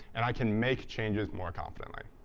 and i can make changes more confidently.